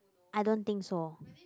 I don't think so